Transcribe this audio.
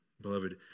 beloved